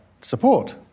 support